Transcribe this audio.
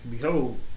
behold